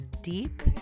deep